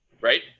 Right